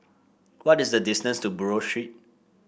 what is the distance to Buroh Street